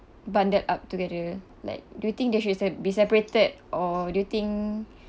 bundled up together like do you think they should se~ be separated or do you think